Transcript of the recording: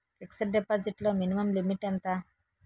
Fixed deposit లో minimum limit ఎంత?